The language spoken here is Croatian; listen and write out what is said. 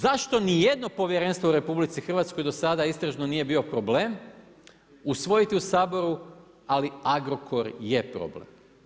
Zašto nijedno povjerenstvo u RH, do sada istražno nije bio problem usvojiti u Saboru, ali Agrokor je problem?